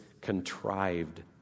contrived